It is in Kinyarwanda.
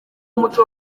umuco